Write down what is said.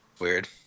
Weird